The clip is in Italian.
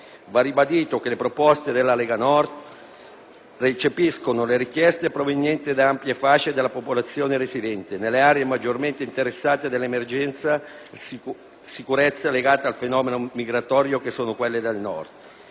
Va ribadito che le proposte della Lega recepiscono le richieste provenienti da ampie fasce della popolazione residente nelle aree maggiormente interessate dall'emergenza sicurezza, legata al fenomeno migratorio, che sono appunto quelle del Nord.